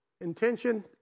intention